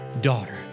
daughter